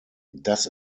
das